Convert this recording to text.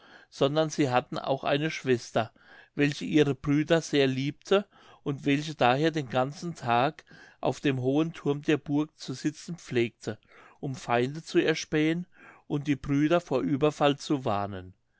sondern sie hatten auch eine schwester welche ihre brüder sehr liebte und welche daher den ganzen tag auf dem hohen thurm der burg zu sitzen pflegte um feinde zu erspähen und die brüder vor ueberfall zu warnen